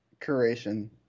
Curation